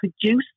produce